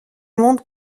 monde